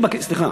שני,